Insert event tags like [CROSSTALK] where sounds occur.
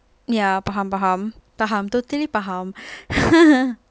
ya faham faham totally faham [LAUGHS]